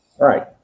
right